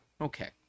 Okay